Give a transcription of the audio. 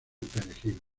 perejil